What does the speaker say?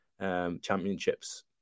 Championships